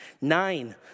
Nine